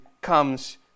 comes